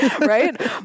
right